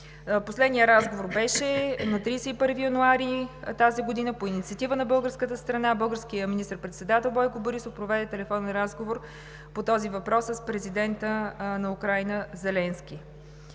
Последният разговор беше на 31 януари тази година по инициатива на българската страна. Българският министър-председател Бойко Борисов проведе телефонен разговор по този въпрос с президента на Украйна Зеленски,